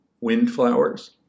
Windflowers